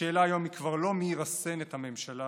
השאלה היום היא כבר לא מי ירסן את הממשלה